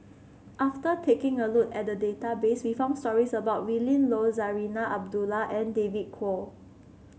after taking a look at the database we found stories about Willin Low Zarinah Abdullah and David Kwo